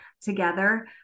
together